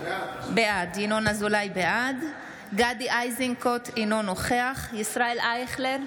בעד גדי איזנקוט, אינו נוכח ישראל אייכלר,